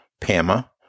PAMA